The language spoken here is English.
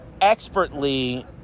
Expertly